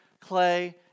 clay